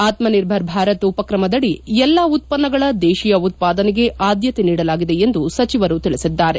ಆತ್ಮ ನಿರ್ಭರ ಭಾರತ್ ಉಪ್ರಕ್ರಮದಡಿ ಎಲ್ಲ ಉತ್ಪನ್ನಗಳ ದೇಶೀಯ ಉತ್ಪಾದನೆಗೆ ಆದ್ದತೆ ನೀಡಲಾಗಿದೆ ಎಂದು ಸಚಿವರು ತಿಳಿಸಿದ್ದಾರೆ